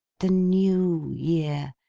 the new year.